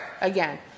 again